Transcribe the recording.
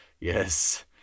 yes